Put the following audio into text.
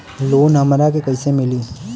Loan हमरा के कईसे मिली?